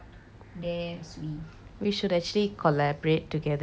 we should actually collaborate together into together ah